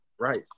Right